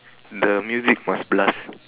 the music must blast